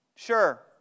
Sure